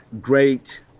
great